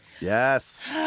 Yes